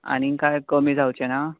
आनी कांय कमी जावचें ना